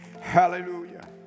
Hallelujah